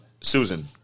Susan